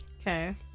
Okay